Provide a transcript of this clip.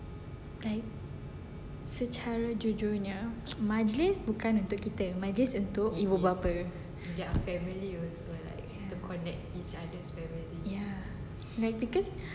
like secara jujurnya majlis bukan untuk kita majlis untuk ibu bapa ya ya like because